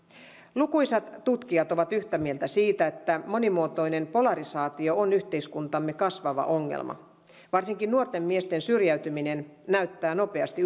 lukuisat tutkijat ovat yhtä mieltä siitä että monimuotoinen polarisaatio on yhteiskuntamme kasvava ongelma varsinkin nuorten miesten syrjäytyminen näyttää nopeasti